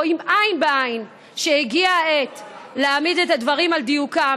רואים עין בעין שהגיעה העת להעמיד את הדברים על דיוקם.